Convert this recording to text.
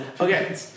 okay